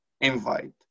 invite